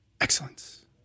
Excellence